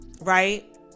Right